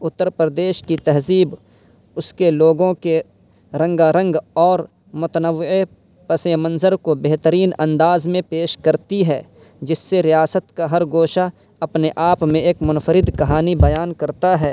اتّر پردیش کی تہذیب اس کے لوگوں کے رنگا رنگ اور متنوع پسِ منظر کو بہترین انداز میں پیش کرتی ہے جس سے ریاست کا ہر گوشہ اپنے آپ میں ایک منفرد کہانی بیان کرتا ہے